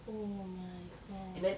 oh my god